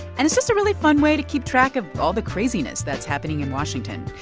and it's just a really fun way to keep track of all the craziness that's happening in washington.